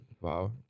Wow